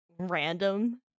random